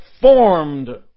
formed